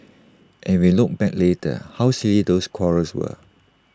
and if we look back later how silly those quarrels were